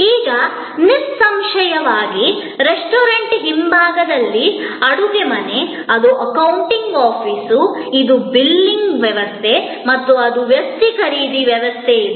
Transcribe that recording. ಈಗ ನಿಸ್ಸಂಶಯವಾಗಿ ರೆಸ್ಟೋರೆಂಟ್ ಹಿಂಭಾಗದಲ್ಲಿ ಅಡಿಗೆಮನೆ ಅದು ಅಕೌಂಟಿಂಗ್ ಆಫೀಸ್ ಇದು ಬಿಲ್ಲಿಂಗ್ ವ್ಯವಸ್ಥೆ ಮತ್ತು ಅದು ವಸ್ತು ಖರೀದಿ ವ್ಯವಸ್ಥೆ ಇದೆ